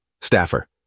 Staffer